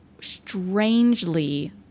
strangely